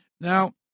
Now